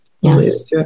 Yes